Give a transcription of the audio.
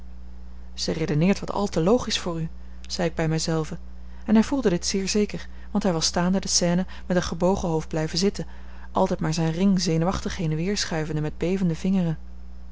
zij redeneert wat al te logisch voor u zei ik bij mij zelven en hij voelde dit zeer zeker want hij was staande de scène met een gebogen hoofd blijven zitten altijd maar zijn ring zenuwachtig heen en weer schuivende met bevende vingeren